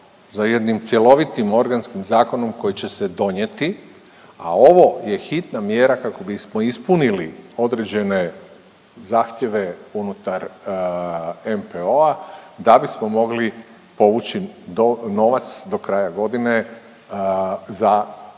za jednim cjelovitim organskim zakonom koji će se donijeti, a ovo je hitna mjera kako bismo ispunili određene zahtjeve unutar NPOO-a da bismo mogli povući novac do kraja godine za izgradnju